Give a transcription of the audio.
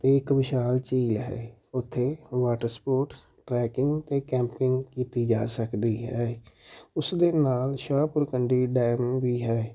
ਅਤੇ ਇੱਕ ਵਿਸ਼ਾਲ ਝੀਲ ਹੈ ਉੱਥੇ ਵਾਟਰ ਸਪੋਟਸ ਟਰੈਕਿੰਗ ਅਤੇ ਕੈਂਪਿੰਗ ਕੀਤੀ ਜਾ ਸਕਦੀ ਹੈ ਉਸ ਦੇ ਨਾਲ਼ ਸ਼ਾਹਪੁਰ ਕੰਡੀ ਡੈਮ ਵੀ ਹੈ